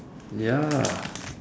ya